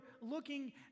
looking